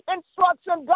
Instruction